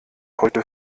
heute